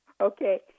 Okay